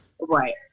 Right